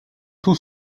tout